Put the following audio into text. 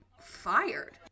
fired